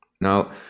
now